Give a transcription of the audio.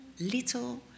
little